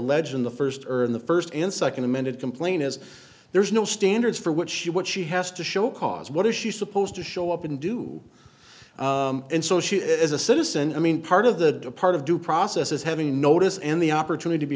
in the first earth in the first and second amended complaint is there's no standards for what she what she has to show cause what is she supposed to show up and do and so she is a citizen i mean part of the part of due process is having notice and the opportunity to be